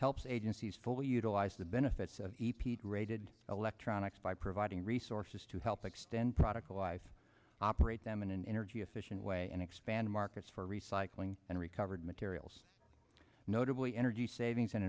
helps agencies fully utilize the benefits of epeat rated electronics by providing resources to help extend product alive operate them in an energy efficient way and expand markets for recycling and recovered materials notably energy savings and